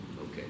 Okay